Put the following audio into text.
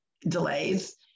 delays